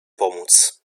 pomóc